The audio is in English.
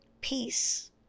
peace